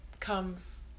comes